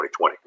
2020